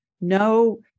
No